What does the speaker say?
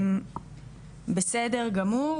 בסדר גמור,